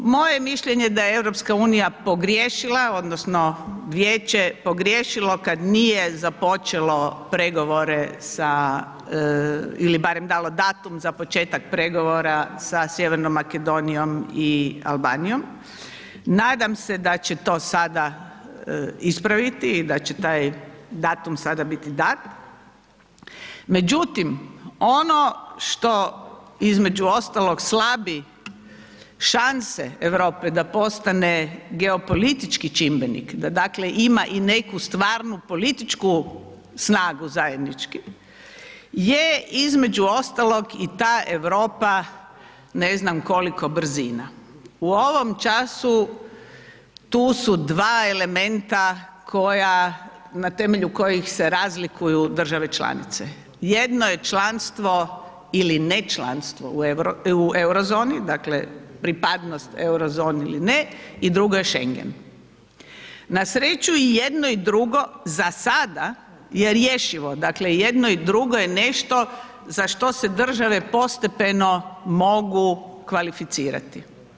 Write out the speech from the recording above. Moje je mišljenje da je EU pogriješila odnosno vijeće je pogriješilo kad nije započelo pregovore sa ili barem dalo datum za početak pregovora sa Sjevernom Makedonijom i Albanijom, nadam se da će to sada ispraviti i da će taj datum sada biti dat, međutim ono što između ostalog slabi šanse Europe da postane geopolitički čimbenik, da dakle ima i neku stvarnu političku snagu zajednički je između ostalog i ta Europa ne znam koliko brzina, u ovom času tu su dva elementa koja, na temelju kojih se razlikuju države članice, jedno je članstvo ili ne članstvo u Eurozoni, dakle pripadnost Eurozoni ili ne i drugo je Schengen, na sreću i jedno i drugo za sada je rješivo, dakle i jedno i drugo je nešto za što se države postepeno mogu kvalificirati.